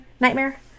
Nightmare